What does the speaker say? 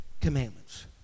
commandments